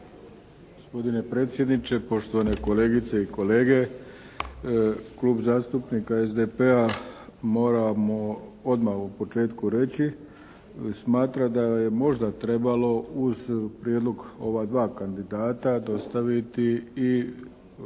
Gospodine predsjedniče, poštovane kolegice i kolege! Klub zastupnika SDP-a moramo odmah u početku reći, smatra da je možda trebalo uz prijedlog ova dva kandidata dostaviti i